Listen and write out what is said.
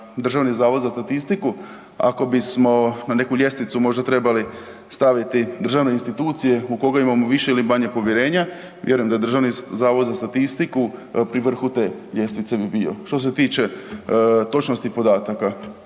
dojam je da DZS, ako bismo na neku ljestvicu možda trebali staviti državne institucije u koga imamo više ili manje povjerenja, vjerujem da DZS pri vrhu te ljestvice bi bio, što se tiče točnosti podataka,